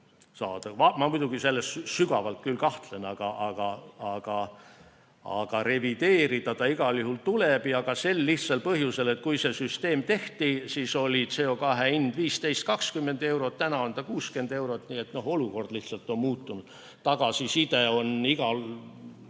Ma muidugi selles sügavalt küll kahtlen. Aga revideerida süsteemi igal juhul tuleb, seda ka sel lihtsal põhjusel, et kui see süsteem tehti, siis oli CO2hind 15–20 eurot, täna on 60 eurot. Olukord lihtsalt on muutunud ja tagasiside on igas